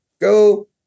Go